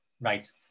Right